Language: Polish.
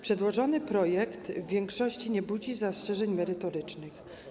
Przedłożony projekt w większości kwestii nie budzi zastrzeżeń merytorycznych.